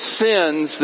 sins